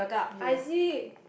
I see